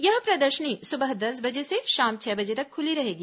यह प्रदर्शनी सुबह दस बजे से शाम छह बजे तक खुली रहेगी